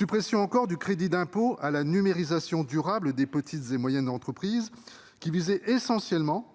Nous regrettons également la suppression du crédit d'impôt à la numérisation durable des petites et moyennes entreprises, qui visait essentiellement